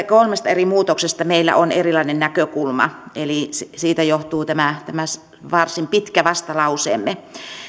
kolmesta eri muutoksesta meillä on erilainen näkökulma eli siitä johtuu tämä varsin pitkä vastalauseemme